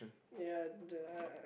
ya duh